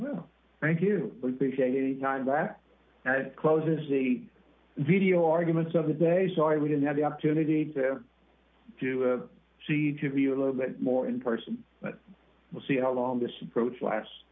well thank you nine that closes the video arguments of the day sorry we didn't have the opportunity to see to be a little bit more in person but we'll see how long this approach last